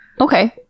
okay